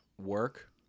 work